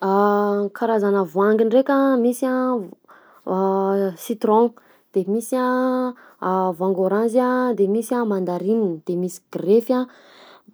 Karazana voangy ndraika: misy a vo- citron, de misy a voangy ôranzy a, de misy a mandarina, de misy grefy a.